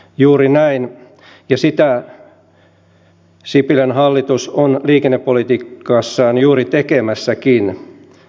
juuri näin ja sitä sipilän hallitus on liikennepolitiikassaan juuri tekemässäkin